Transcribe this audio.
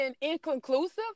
inconclusive